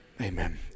Amen